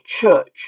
church